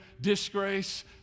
disgrace